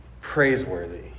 praiseworthy